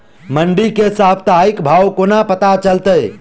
मंडी केँ साप्ताहिक भाव कोना पत्ता चलतै?